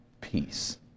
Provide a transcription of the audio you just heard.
peace